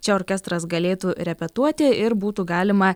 čia orkestras galėtų repetuoti ir būtų galima